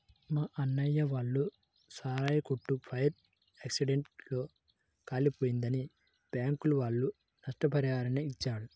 మా అన్నయ్య వాళ్ళ సారాయి కొట్టు ఫైర్ యాక్సిడెంట్ లో కాలిపోయిందని బ్యాంకుల వాళ్ళు నష్టపరిహారాన్ని ఇచ్చారు